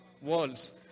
walls